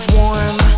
warm